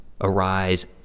arise